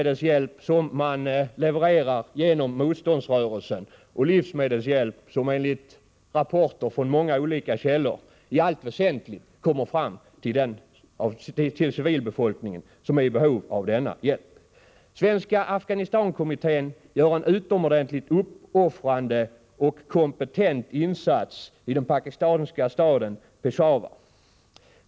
Den hjälpen levererar man genom motståndsrörelsen, och den kommer, enligt rapporter från många olika källor, i allt väsentligt fram till dem, som är i behov av den inne i Afghanistan. Svenska Afghanistankommittén gör en utomordentligt uppoffrande och kompetent insats i den pakistanska staden Peshawar.